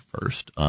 first